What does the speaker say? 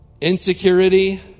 insecurity